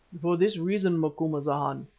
for this reason, macumazahn,